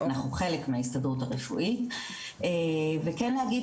אנחנו חלק מההסתדרות הרפואית וכן להגיד,